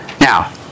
Now